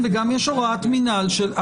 וגם יש הוראת מינהל.